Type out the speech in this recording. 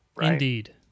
Indeed